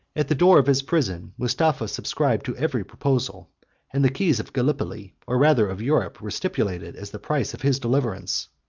at the door of his prison, mustapha subscribed to every proposal and the keys of gallipoli, or rather of europe, were stipulated as the price of his deliverance.